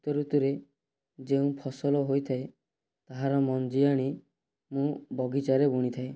ଶୀତ ଋତୁରେ ଯେଉଁ ଫସଲ ହୋଇଥାଏ ତାହାର ମଞ୍ଜି ଆଣି ମୁଁ ବଗିଚାରେ ବୁଣିଥାଏ